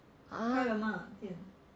!huh!